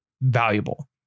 valuable